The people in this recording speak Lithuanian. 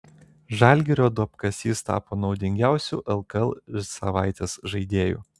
žalgirio duobkasys tapo naudingiausiu lkl savaitės žaidėju